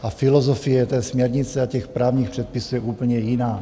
A filozofie té směrnice a těch právních předpisů je úplně jiná.